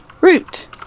Root